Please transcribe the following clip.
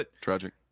Tragic